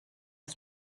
his